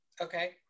okay